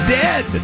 dead